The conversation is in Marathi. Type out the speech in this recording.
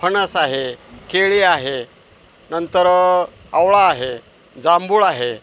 फणस आहे केळी आहे नंतर आवळा आहे जांभूळ आहे